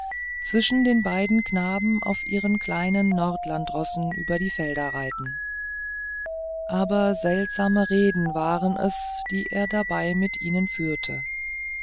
zwischen den beiden knaben auf ihren kleinen nordlandsrossen über die felder reiten aber seltsame reden waren es die er dabei mit ihnen führte